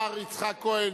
אדוני השר יצחק כהן,